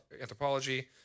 anthropology